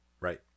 Right